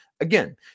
Again